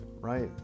right